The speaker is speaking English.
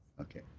okay.